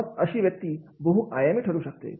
मग अशी व्यक्ती बहुआयामी ठरू शकते